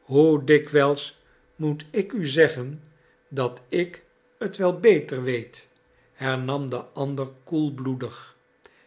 hoe dikwijls moet ik u zeggen dat ik het wel beter weet hernam de ander koelbloedig